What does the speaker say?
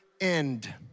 end